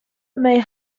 may